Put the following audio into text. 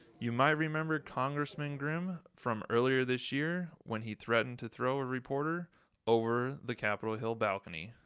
you might remember congressman grimm from earlier this year when he threatened to throw a reporter over the capitol hill balcony.